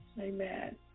Amen